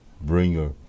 bringer